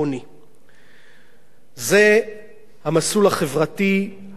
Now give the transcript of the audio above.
זה המסלול החברתי ההרסני שבו הממשלה הזאת מוליכה אותנו.